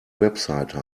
website